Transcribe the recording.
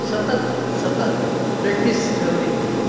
સતત સતત પ્રેક્ટીસ જરૂરી છે